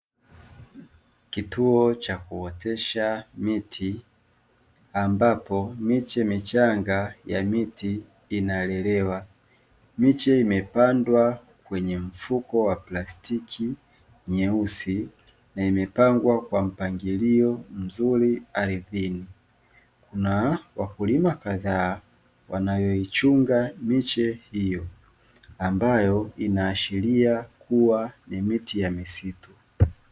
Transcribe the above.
Kituo cha kuotesha miti, ambapo miche michanga ya miti inalelewa. Miche imepandwa kwenye mfuko wa plastiki nyeusi na imepangwa kwa mpangilio mzuri ardhini, kuna wakulima kadhaa wanaoichunga miche hiyo, ambayo inaashiria kuwa ni miti ya misitu.